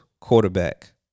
quarterback